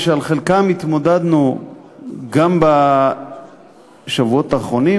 ושעל חלקם התמודדנו גם בשבועות האחרונים,